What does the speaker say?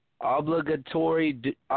obligatory